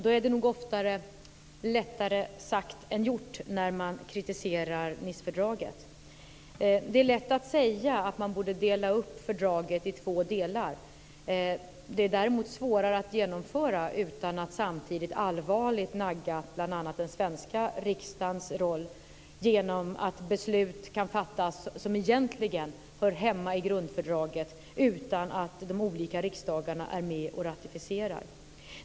Det är nog ofta lättare sagt än gjort att kritisera Nicefördraget. Det är lätt att säga att man borde dela upp fördraget i två delar. Det är däremot svårare att genomföra utan att samtidigt allvarligt nagga bl.a. den svenska riksdagens roll genom att beslut som egentligen hör hemma i grundfördraget kan fattas utan att de olika riksdagarna är med och ratificerar.